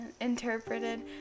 interpreted